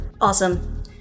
Awesome